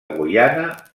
guyana